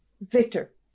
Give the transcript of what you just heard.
Victor